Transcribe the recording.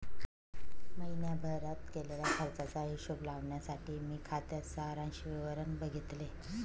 महीण्याभारत केलेल्या खर्चाचा हिशोब लावण्यासाठी मी खात्याच सारांश विवरण बघितले